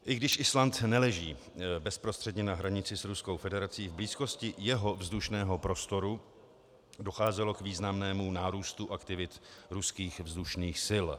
I když Island neleží bezprostředně na hranici s Ruskou federací, v blízkosti jeho vzdušného prostoru docházelo k výraznému nárůstu aktivit ruských vzdušných sil.